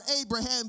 Abraham